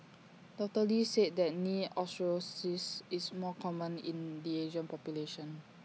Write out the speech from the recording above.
doctor lee said that knee osteoarthritis is more common in the Asian population